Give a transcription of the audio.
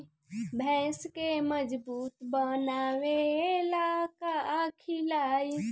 भैंस के मजबूत बनावे ला का खिलाई?